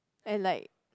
and like